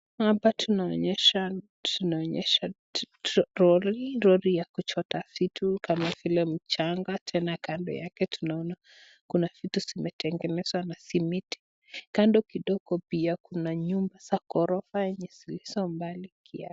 Hapa tunaonyeshwa lori ya kuchota vitu kama vile mchanga, tena kando yake tunaona kuna vitu vimetegenezwa na simiti. Kando kidogo pia kuna nyumba za ghorofa zilizo mbali kiasi.